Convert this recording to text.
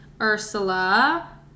ursula